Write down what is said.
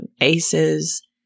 Aces